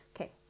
Okay